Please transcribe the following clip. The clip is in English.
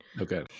Okay